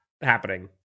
happening